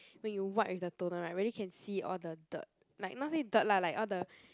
when you wipe with the toner [right] really can see all the dirt like not say dirt lah all the